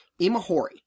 Imahori